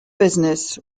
business